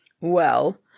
Well